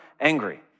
angry